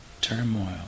turmoil